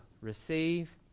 receive